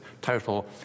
total